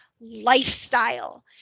lifestyle